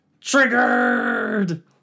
Triggered